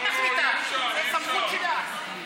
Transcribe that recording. היא מחליטה, זו סמכות שלה.